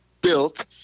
built